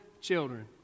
children